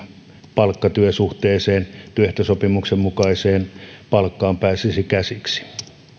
palkkatyösuhteeseen työehtosopimuksen mukaisen palkkaan pääsisi käsiksi